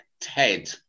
Ted